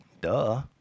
duh